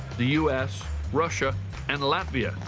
the us russia and latvia,